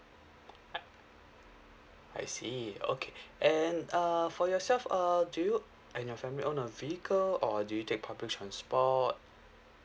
uh I see okay and uh for yourself err do you and your family own a vehicle or do you take public transport